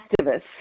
activists